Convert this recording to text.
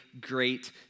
great